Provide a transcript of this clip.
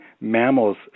mammals